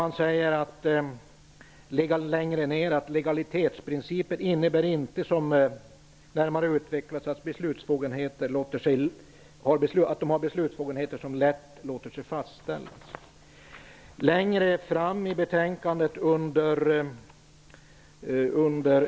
Man skriver längre ned: ''Denna s.k. legalitetsprincip innebär dock inte, som närmare utvecklats ovan, att beslutsbefogenheterna låter sig lätt fastställas.''